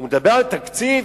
הוא מדבר על תקציב.